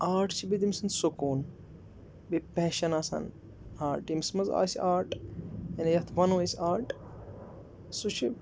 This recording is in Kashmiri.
آٹ چھِ بیٚیہِ تٔمۍ سُنٛد سُکوٗن بیٚیہِ پیشَن آسان آٹ ییٚمِس منٛز آسہِ آٹ یعنی یَتھ وَنو أسۍ آٹ سُہ چھِ